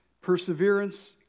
Perseverance